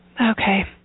okay